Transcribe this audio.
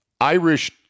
Irish